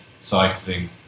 cycling